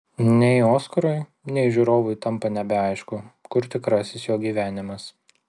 nei oskarui nei žiūrovui tampa nebeaišku kur tikrasis jo gyvenimas